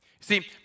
See